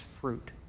fruit